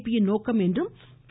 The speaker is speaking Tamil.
பியின் நோக்கம் என்றும் தே